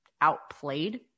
outplayed